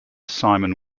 simon